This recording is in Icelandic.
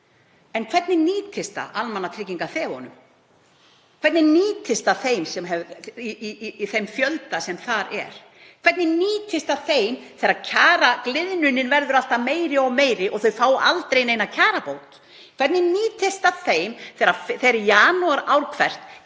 En hvernig nýtist það almannatryggingaþegunum? Hvernig nýtist það þeim fjölda sem þar er? Hvernig nýtist það þeim þegar kjaragliðnunin verður alltaf meiri og þau fá aldrei neina kjarabót? Hvernig nýtist það þeim þegar í janúar ár hvert